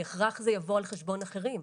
זה בהכרח יבוא על חשבון אחרים.